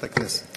הכנסת.